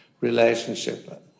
relationship